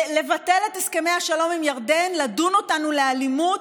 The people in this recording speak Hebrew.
לבטל את הסכמי השלום עם ירדן, לדון אותנו לאלימות,